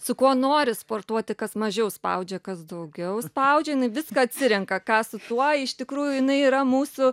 su kuo nori sportuoti kas mažiau spaudžia kas daugiau spaudžia jinai viską atsirenka ką su tuo iš tikrųjų jinai yra mūsų